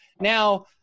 now